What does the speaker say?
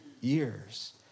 years